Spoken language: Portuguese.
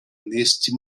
neste